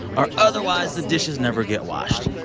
or otherwise, the dishes never get washed.